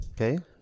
Okay